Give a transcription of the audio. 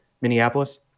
minneapolis